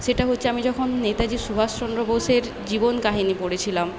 সেটা হচ্ছে আমি যখন নেতাজি সুভাষচন্দ্র বোসের জীবন কাহিনি পড়েছিলাম